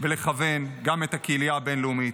ולכוון גם את הקהילייה הבין-לאומית.